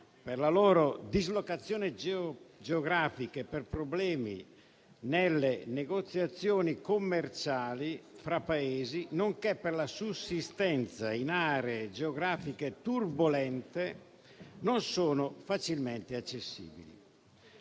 per la loro dislocazione geografica, per problemi nelle negoziazioni commerciali fra Paesi, nonché per la sussistenza in aree geografiche turbolente, non sono facilmente accessibili.